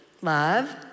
love